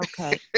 okay